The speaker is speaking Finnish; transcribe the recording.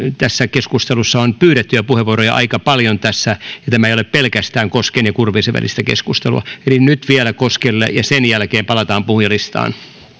tässä keskustelussa on pyydettyjä puheenvuoroja aika paljon tässä ja tämä ei ole pelkästään kosken ja kurvisen välistä keskustelua nyt vielä koskelle ja sen jälkeen palataan puhujalistaan